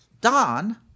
Don